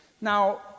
Now